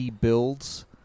builds